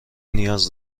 نیاز